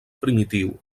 primitiu